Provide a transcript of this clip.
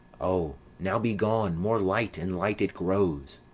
o, now be gone! more light and light it grows.